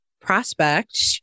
prospect